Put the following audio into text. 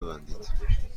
ببندید